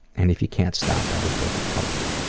and if you can't stop i would go get help.